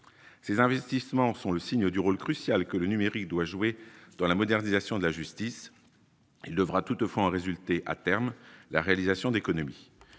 ces investissements sont le signe du rôle crucial que le numérique doit jouer dans la modernisation de la justice. Il devra toutefois en résulter, à terme, la réalisation d'économies,